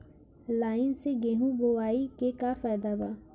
Line से गेहूं बोआई के का फायदा बा?